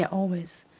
and always.